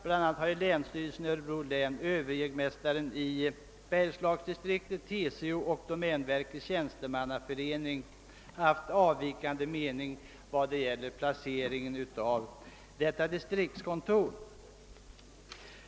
Bl.a. har länsstyrelsen i Örebro län, överjägmästaren i bergslagsdistriktet, TCO och domänverkets tjänstemannaförening haft avvikande mening vad. beträffar placeringen av detta distriktskontor.